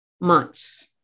months